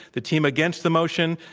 the team against the motion,